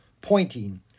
pointing